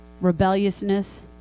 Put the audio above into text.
rebelliousness